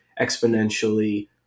exponentially